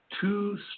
two